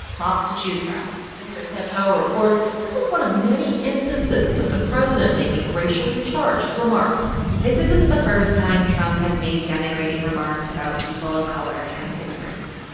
lots to choose from npr's kat chow reports this was one of many instances of the president making racially charged remarks this isn't the first time trump has made denigrating remarks about people color and immigrants.